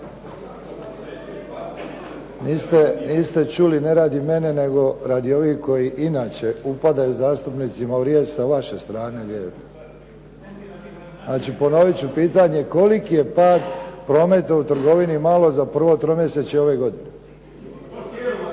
Niste čuli, ne radi mene, nego radi ovih koji inače upadaju zastupnicima u riječ sa vaše strane lijeve. Znači, ponoviti ću pitanje. Koliki je pad prometa u trgovini na malo za prvo tromjesečje ove godine?